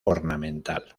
ornamental